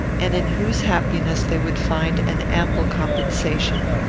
and in whose happiness they would find an ample compensation.